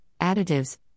additives